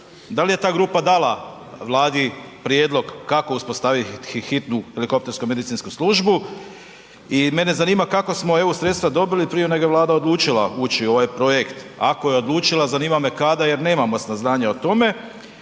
Da li je ta grupa dala Vladi prijedlog kako uspostaviti hitnu helikoptersku medicinsku službu? I mene zanima kako smo eu sredstva dobili prije nego je Vlada odlučila ući u ovaj projekt? Ako je odlučila zanima me kada jer nemamo saznanja o tome.